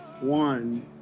one